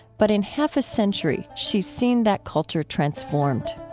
but in half a century, she's seen that culture transformed